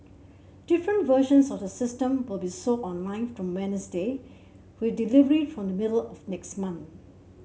different versions of the system will be sold online from Wednesday with delivery from the middle of next month